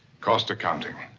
cost accounting.